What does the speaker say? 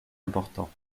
important